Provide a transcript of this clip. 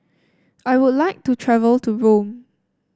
I would like to travel to Rome